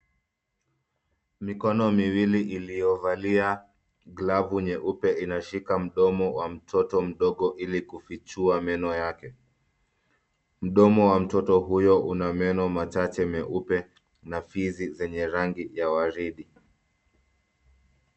Mikono miwili iliyovalia glavu nyeupe inashika mdomo wa mtoto mdogo ili kufichua meno yake. Mdomo wa mtoto huyo una meno machache meupe na fizi zenye rangi ya waridi.